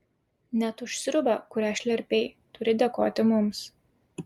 net už sriubą kurią šlerpei turi dėkoti mums